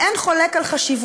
אפשר להעיר הערה אחת?